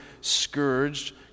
scourged